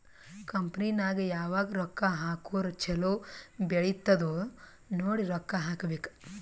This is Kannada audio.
ಕಂಪನಿ ನಾಗ್ ಯಾವಾಗ್ ರೊಕ್ಕಾ ಹಾಕುರ್ ಛಲೋ ಬೆಳಿತ್ತುದ್ ನೋಡಿ ರೊಕ್ಕಾ ಹಾಕಬೇಕ್